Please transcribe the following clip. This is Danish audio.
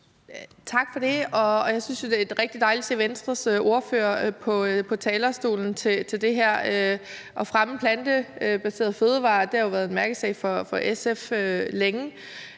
Tak for det. Jeg synes jo, det er rigtig dejligt at se Venstres ordfører på talerstolen til det her forslag om at fremme plantebaserede fødevarer. Det har jo været en mærkesag for SF længe.